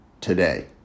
today